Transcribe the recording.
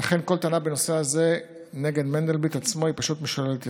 לכן כל טענה בנושא הזה נגד מנדלבליט עצמו היא פשוט משוללת יסוד.